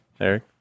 Eric